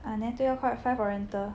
ah nah 这个 called Five Oriental